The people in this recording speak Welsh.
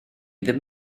ddim